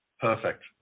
Perfect